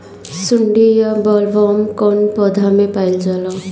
सुंडी या बॉलवर्म कौन पौधा में पाइल जाला?